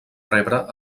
rebre